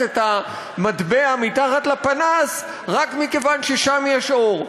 את המטבע מתחת לפנס רק מכיוון ששם יש אור.